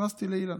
נכנסתי לאילן,